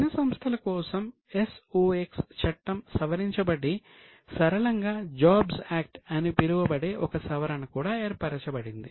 చిన్న సంస్థల కోసం SOX చట్టం సవరించబడి సరళంగా JOBS యాక్ట్ అని పిలువబడే ఒక సవరణ కూడా ఏర్పరచబడింది